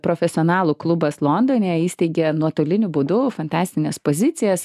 profesionalų klubas londone įsteigė nuotoliniu būdu fantastines pozicijas